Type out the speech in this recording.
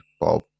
Bob